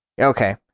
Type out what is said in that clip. Okay